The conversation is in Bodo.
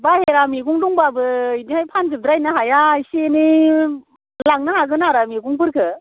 बायह्रा मैगं दंब्लाबो इदिहाय फानजोब द्रायनो हाया एसे एनै लांनो हागोन आरो मैगंफोरखो